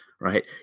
right